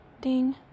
ding